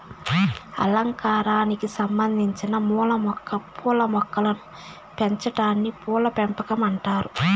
అలంకారానికి సంబందించిన పూల మొక్కలను పెంచాటాన్ని పూల పెంపకం అంటారు